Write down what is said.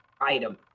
item